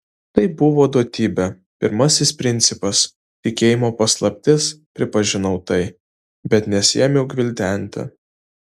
tai buvo duotybė pirmasis principas tikėjimo paslaptis pripažinau tai bet nesiėmiau gvildenti